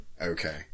Okay